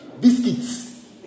biscuits